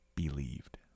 believed